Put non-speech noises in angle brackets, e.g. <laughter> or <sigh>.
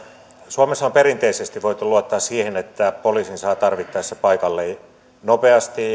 suomessa on perinteisesti voitu luottaa siihen että poliisin saa tarvittaessa paikalle nopeasti <unintelligible>